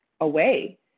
away